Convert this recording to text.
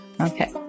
Okay